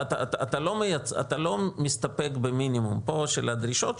אתה לא מסתפק במינימום של הדרישות פה,